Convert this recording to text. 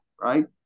right